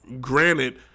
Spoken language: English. granted